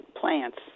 plants